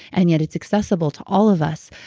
and yet, it's accessible to all of us.